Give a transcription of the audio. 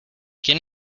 quién